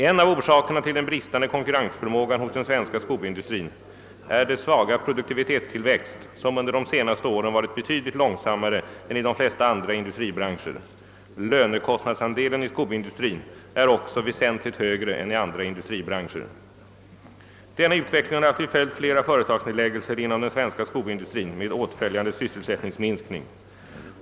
En av orsakerna till den bristande konkurrensförmågan hos den svenska skoindustrin är dess svaga produktivitetstillväxt, som under de senaste åren varit betydligt långsammare än i de flesta andra industribranscher. Lönekostnadsandelen i skoindustrin är också väsentligt högre än i andra industribranscher. Denna utveckling har haft till följd flera företagsnedläggelser inom den svenska skoindustrin med åtföljande sysselsättningsminskning.